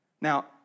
Now